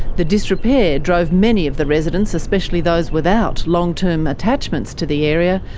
the disrepair drove many of the residents, especially those without long-term attachments to the area,